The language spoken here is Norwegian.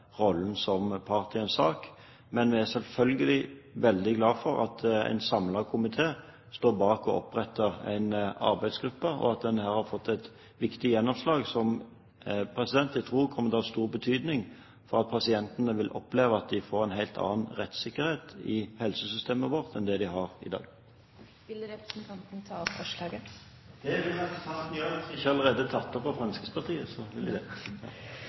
rollen som part i en sak. Men vi er selvfølgelig veldig glad for at en samlet komité står bak det å opprette en arbeidsgruppe. Her har en fått et viktig gjennomslag som jeg tror kommer til å ha stor betydning ved at pasientene vil oppleve at de får en helt annen rettssikkerhet i helsesystemet vårt enn det de har i dag. Jeg tar med dette opp forslaget fra Fremskrittspartiet, Høyre og Kristelig Folkeparti. Representanten Bent Høie har tatt opp det